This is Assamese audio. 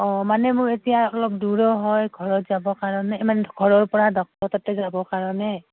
অঁ মানে মোৰ এতিয়া অলপ দূৰো হয় ঘৰত যাব কাৰণে ইমান ঘৰৰ পৰা ডক্তৰৰ ততে যাবৰ কাৰণে